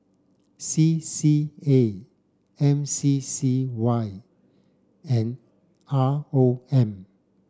C C A M C C Y and R O M